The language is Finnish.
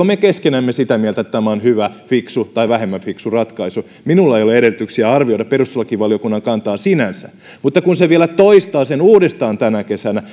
me keskenämme sitä mieltä että tämä on hyvä fiksu tai vähemmän fiksu ratkaisu minulla ei ole edellytyksiä arvioida perustuslakivaliokunnan kantaa sinänsä mutta kun se vielä toistaa sen uudestaan tänä kesänä